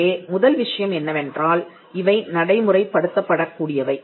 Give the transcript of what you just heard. எனவே முதல் விஷயம் என்னவென்றால் இவை நடைமுறைப்படுத்தப்படக் கூடியவை